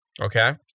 Okay